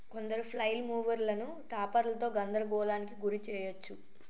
కొందరు ఫ్లైల్ మూవర్లను టాపర్లతో గందరగోళానికి గురి చేయచ్చు